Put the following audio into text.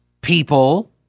people